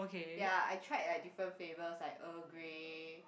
ya I tried like different flavours like Earl-Grey